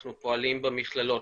אנחנו פועלים במכללות.